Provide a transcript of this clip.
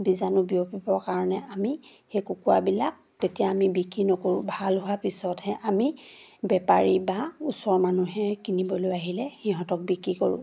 বীজাণু বিয়পিব কাৰণে আমি সেই কুকুৰাবিলাক তেতিয়া আমি বিকি নকৰোঁ ভাল হোৱাৰ পিছতহে আমি বেপাৰী বা ওচৰ মানুহে কিনিবলৈ আহিলে সিহঁতক বিকি কৰোঁ